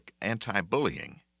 anti-bullying